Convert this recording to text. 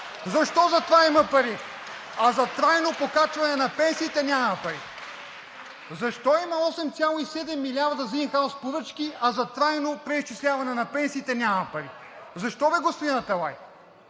Защо за това има пари, а за трайно покачване на пенсиите няма пари?! Защо има 8,7 милиарда за ин хаус поръчки, а за трайно преизчисляване на пенсиите няма пари?! Защо бе, господин Аталай?